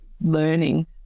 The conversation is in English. learning